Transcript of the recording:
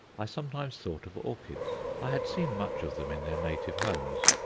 i sometimes thought of orchids. i had seen much of them in their native homes,